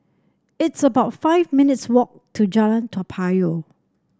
it's about five minutes' walk to Jalan Toa Payoh